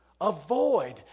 avoid